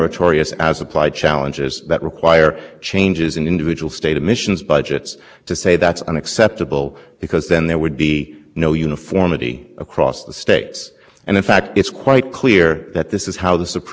in every down location to which it's linked it went on to say that that type of over control would be unlawful but that the way to address it is through as applied challenges to an individual states emissions budget which is exactly what we've